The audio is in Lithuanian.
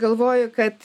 galvoju kad